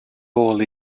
nôl